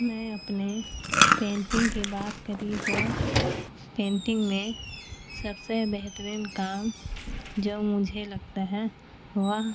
میں اپنے پینٹنگ کی بات کری تو پینٹنگ میں سب سے بہترین کام جو مجھے لگتا ہے وہ